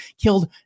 killed